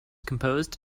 composed